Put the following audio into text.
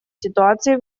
ситуации